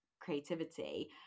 creativity